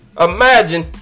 Imagine